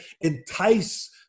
entice